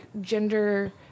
gender